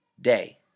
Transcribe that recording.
day